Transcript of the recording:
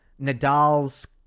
Nadal's